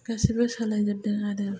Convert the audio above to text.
गासिबो सोलायजोबदों आरो